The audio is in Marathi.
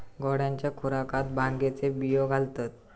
घोड्यांच्या खुराकात भांगेचे बियो घालतत